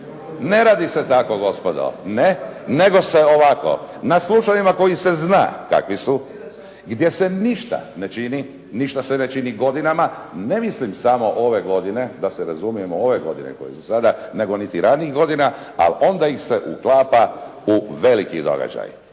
Ne radi se tako gospodo. Ne. Nego se ovako na slučajevima koje se zna kakvi su, gdje se ništa ne čini, ništa se ne čini godinama, ne mislim samo ove godine da se razumijemo, ove godine koje su sada, nego niti ranijih godina, a onda ih se uklapa u veliki događaj,